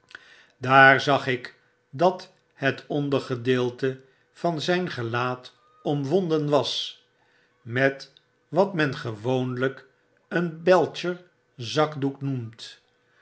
daar zag ik dat het ondergedeelte van zjn gelaat omwonden was met wat men gewoonlp een belcher zakdoek noemt